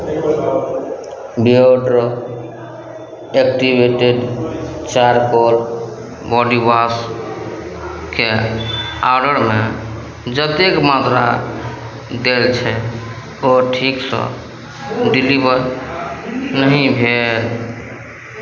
Beardo activated charcoal बॉडीवॉशके ऑर्डरमे जतेक मात्रा देल छै ओ ठीकसँ डिलीवर नहि भेल